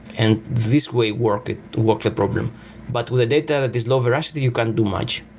and this way work work that program. but with a data that is low veracity, you can't do much.